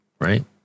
right